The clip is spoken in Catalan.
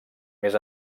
més